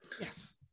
yes